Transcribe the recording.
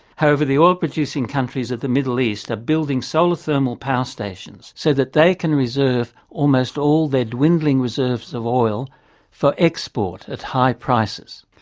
however, the oil producing countries of the middle east are building solar thermal power stations, so that they can reserve almost all their dwindling reserves of oil for export at high prices.